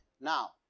Now